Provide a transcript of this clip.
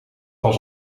als